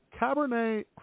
Cabernet